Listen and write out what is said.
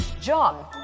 John